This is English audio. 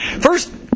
First